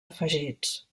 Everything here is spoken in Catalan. afegits